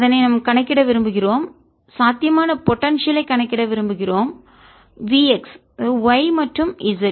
அதனுடன் கணக்கிட விரும்புகிறோம் சாத்தியமான போடன்சியல் ஐ கணக்கிட விரும்புகிறோம் V x y மற்றும் z